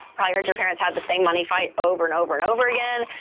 probably heard your parents had the same money fight over and over and over again,